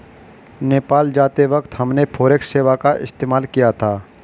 नेपाल जाते वक्त हमने फॉरेक्स सेवा का इस्तेमाल किया था